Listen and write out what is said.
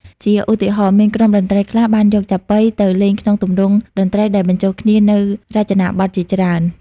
ជាឧទាហរណ៍ មានក្រុមតន្ត្រីខ្លះបានយកចាប៉ីទៅលេងក្នុងទម្រង់តន្ត្រី ដែលបញ្ចូលគ្នានូវរចនាបថជាច្រើន។